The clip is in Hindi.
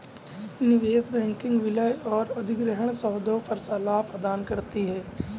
निवेश बैंकिंग विलय और अधिग्रहण सौदों पर सलाह प्रदान करती है